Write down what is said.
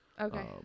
Okay